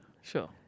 Sure